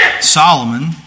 Solomon